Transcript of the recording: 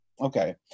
Okay